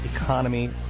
economy